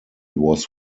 was